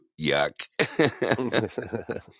yuck